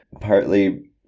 partly